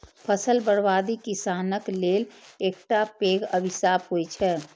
फसल बर्बादी किसानक लेल एकटा पैघ अभिशाप होइ छै